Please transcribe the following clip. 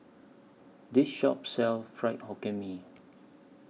This Shop sells Fried Hokkien Mee